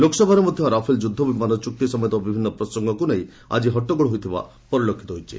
ଲୋକସଭାରେ ମଧ୍ୟ ରାଫେଲ୍ ଯୁଦ୍ଧବିମାନ ଚୁକ୍ତି ସମେତ ବିଭିନ୍ନ ପ୍ରସଙ୍ଗକୁ ନେଇ ଆଜି ହଟଗୋଳ ହୋଇଥିବା ପରିଲକ୍ଷିତ ହୋଇଛି